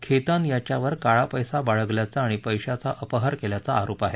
खेतान याच्यावर काळा पप्ती बाळगल्याचा आणि पधीचा अपहार केल्याचा आरोप आहे